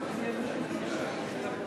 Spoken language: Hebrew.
וזה חמור